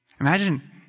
Imagine